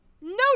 No